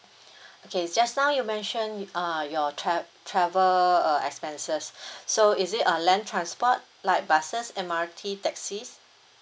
okay just now you mentioned uh your tra~ travel uh expenses so is it a land transport like buses M_R_T taxis